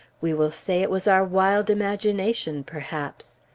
we will say it was our wild imagination, perhaps.